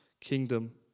kingdom